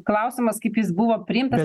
klausimas kaip jis buvo priimtas